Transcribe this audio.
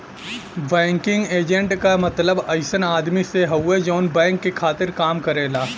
banking agent क मतलब अइसन आदमी से हउवे जौन बैंक के खातिर काम करेला